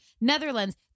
Netherlands